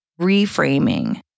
reframing